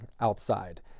outside